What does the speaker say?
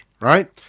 right